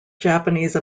japanese